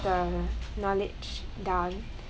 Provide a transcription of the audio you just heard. the knowledge down